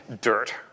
dirt